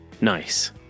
nice